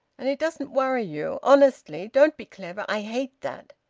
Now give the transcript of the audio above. and it doesn't worry you? honestly? don't be clever! i hate that!